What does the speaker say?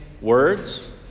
words